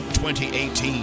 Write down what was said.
2018